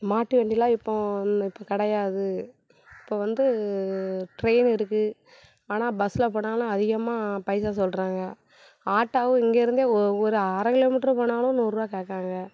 மாட்டு வண்டியெலாம் இப்போது இப்போ கிடையாது இப்போ வந்து ட்ரெயின் இருக்குது ஆனால் பஸ்ஸில் போனாலும் அதிகமாக பைசா சொல்கிறாங்க ஆட்டோவும் இங்கேருந்து ஒரு ஒரு அரை கிலோ மீட்டரு போனாலும் நூறுபா கேட்குறாங்க